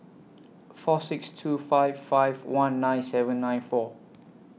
four six two five five one nine seven nine four